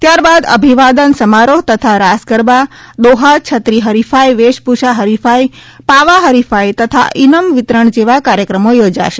ત્યારબાદ અભિવાદન સમારોહ તથા રાસગરબા દોહા છત્રી હરિફાઈ વેશભૂષા હરિફાઈ તથા હરિફાઈ ઇનામ વિતરણ જેવા કાર્યક્રમો યોજાશે